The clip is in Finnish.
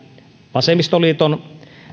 vasemmistoliiton